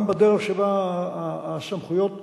גם בדרך שבה הסמכויות חולקו.